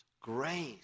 grace